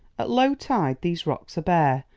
at low tide these rocks are bare,